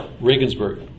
Regensburg